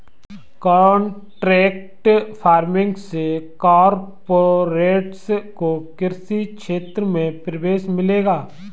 contract farming से corporates को कृषि क्षेत्र में प्रवेश मिलेगा